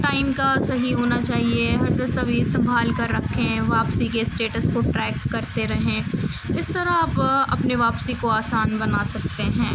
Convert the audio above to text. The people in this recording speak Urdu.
ٹائم کا صحیح ہونا چاہیے ہر دستاویز سنبھال کر رکھیں واپسی کے اسٹیٹس کو ٹریک کرتے رہیں اس طرح آپ اپنے واپسی کو آسان بنا سکتے ہیں